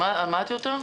מה הטיוטה?